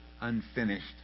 unfinished